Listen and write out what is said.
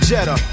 Jetta